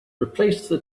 replace